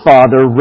Father